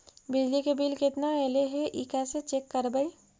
बिजली के बिल केतना ऐले हे इ कैसे चेक करबइ?